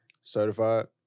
Certified